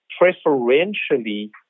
preferentially